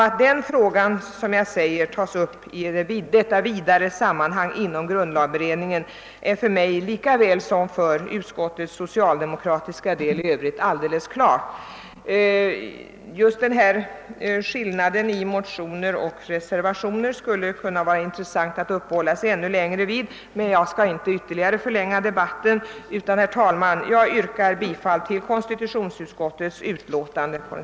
Att denna fråga, såsom jag framhållit, bör tas upp i ett vidare sammanhang inom grundlagberedningen är för mig lika väl som för utskottets socialdemokratiska ledamöter i övrigt alldeles klart. Jag skulle kanske kunna uppehålla mig längre vid skillnaden mellan motionen och reservationen, men jag skall inte ytterligare förlänga debatten. Herr talman! Jag ber att få yrka bifall till konstitutionsutskottets hemställan.